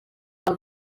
del